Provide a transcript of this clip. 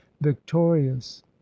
victorious